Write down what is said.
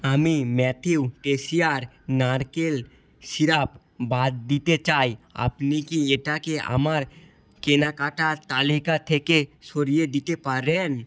আমি Matthew Tessier নারকেল syrup বাদ দিতে চাই আপনি কি এটাকে আমার কেনাকাটার তালিকা থেকে সরিয়ে দিতে পারেন